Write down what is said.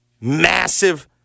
Massive